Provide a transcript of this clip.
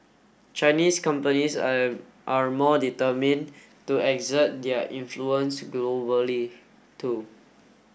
Chinese companies are more determined to exert their influence globally too